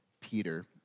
Peter